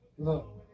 Look